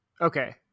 Okay